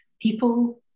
people